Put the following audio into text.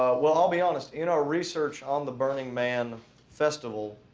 well i'll be honest. in our research on the burning man festival,